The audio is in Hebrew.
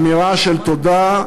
אמירה של תודה,